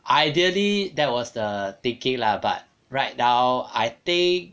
ideally there was the thinking lah but right now I think